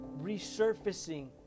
resurfacing